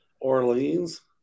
Orleans